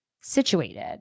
situated